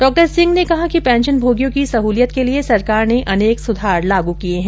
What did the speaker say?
डॉ सिंह ने कहा कि पेंशनभोगियों की सहूलियत के लिए सरकार ने अनेक सुधार लागू किए हैं